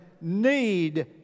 need